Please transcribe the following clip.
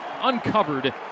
uncovered